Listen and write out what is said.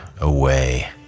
away